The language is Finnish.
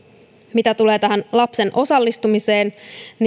mitä tulee tähän lapsen osallistumiseen